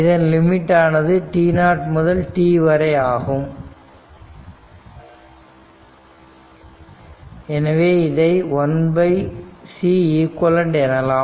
இதன் லிமிட் ஆனது t0 முதல் t வரை ஆகும் எனவே இதை 1Ceq எனலாம்